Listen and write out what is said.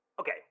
okay